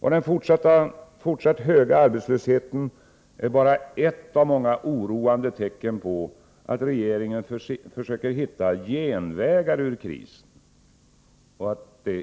Den fortsatt höga arbetslösheten är bara ett av många oroande tecken på att regeringens försök att hitta genvägar ur krisen